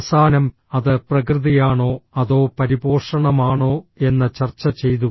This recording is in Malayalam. അവസാനം അത് പ്രകൃതിയാണോ അതോ പരിപോഷണമാണോ എന്ന ചർച്ച ചെയ്തു